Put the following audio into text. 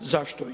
Zašto?